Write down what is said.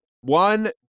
One